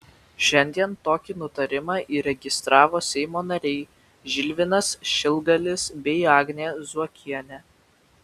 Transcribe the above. šiandien tokį nutarimą įregistravo seimo nariai žilvinas šilgalis bei agnė zuokienė